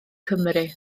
cymru